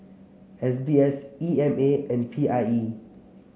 S B S E M A and P I E